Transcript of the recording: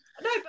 No